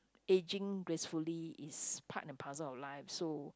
ageing gracefully is part and parcel of life so